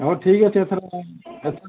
ହଉ ଠିକ୍ ଅଛି ଏଥର ଏଥର